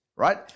right